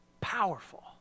Powerful